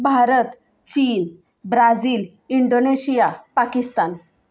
भारत चीन Brazil Indonesia Pakistan